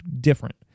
different